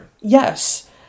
Yes